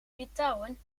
litouwen